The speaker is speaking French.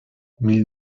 mille